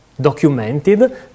documented